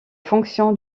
fonction